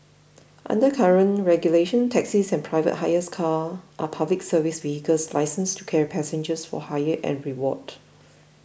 under current regulations taxis and private hire cars are Public Service vehicles licensed to carry passengers for hire and reward